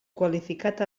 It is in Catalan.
qualificat